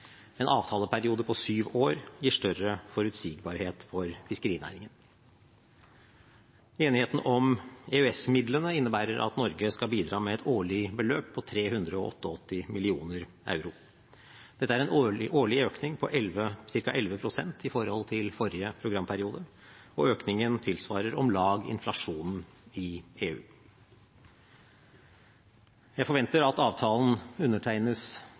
En avtaleperiode på sju år gir større forutsigbarhet for fiskerinæringen. Enigheten om EØS-midlene innebærer at Norge skal bidra med et årlig beløp på 388 mill. euro. Dette er en årlig økning på ca. 11 pst. i forhold til forrige programperiode, og økningen tilsvarer om lag inflasjonen i EU. Jeg forventer at avtalen undertegnes